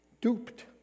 duped